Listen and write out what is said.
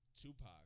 Tupac